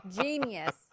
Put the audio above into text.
genius